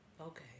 Okay